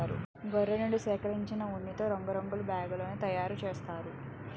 గొర్రెల నుండి సేకరించిన ఉన్నితో రగ్గులు బ్యాగులు తయారు చేస్తారు